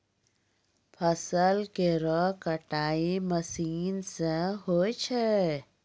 फसल केरो कटाई मसीन सें होय छै